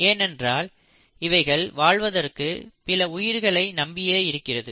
ஏனென்றால் இவைகள் வாழ்வதற்கு பிற உயிர்களை நம்பியே இருக்கிறது